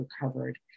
recovered